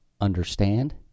understand